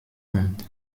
und